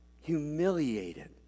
humiliated